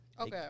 Okay